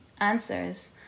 answers